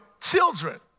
children